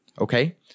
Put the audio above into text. Okay